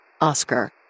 Oscar